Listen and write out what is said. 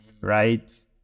Right